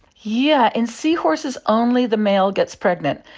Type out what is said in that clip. yeah in seahorses only the male gets pregnant,